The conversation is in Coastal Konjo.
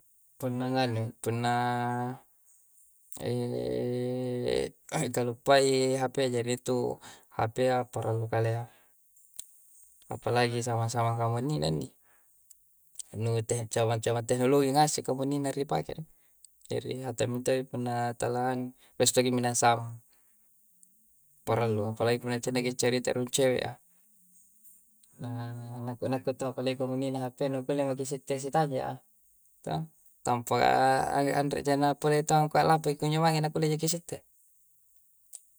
Punna nganui, punna ni kaluppai hapea. Jari intu hapea parallu kalea. Apalagi samang-samang kamunnina inni, nu teh, nu cabang-cabang tehnologi ngase' kamunnina ripake. Jari hatang minto'i punna tala anui. Biasa tokki minahang samang, parallu. Apalagi punna cinnaki accarita rurung cewe'a, na nakku-nakku taua. Apalagi kamunnina hapea nu kulle maki sitte sitanja'a, tanpa anre'ja na pole taua angkua lampaki kunjo mange na kunni jaki sitte.